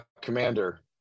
Commander